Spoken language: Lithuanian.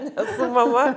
ne su mama